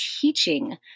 teaching